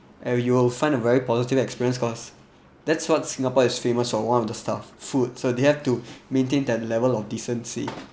and you will find a very positive experience cause that's what singapore is famous for one of the stuff food so they have to maintain that level of decency